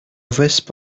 wisp